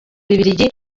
bubiligi